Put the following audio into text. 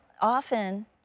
often